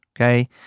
okay